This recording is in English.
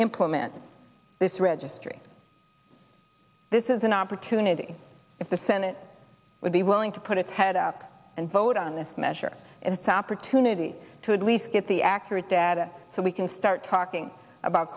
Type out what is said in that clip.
implement this registry this is an opportunity if the senate would be willing to put it head up and vote on this measure it's opportunity to at least get the accurate data so we can start talking about